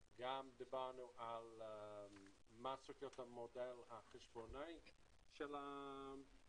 דברנו על מה צריך להיות המודל החשבונאי של הקרן,